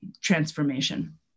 transformation